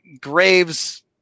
Graves